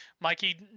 Mikey